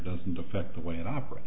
doesn't affect the way it opera